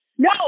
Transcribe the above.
No